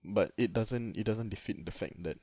but it doesn't it doesn't defeat the fact that